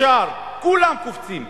ישר כולם קופצים.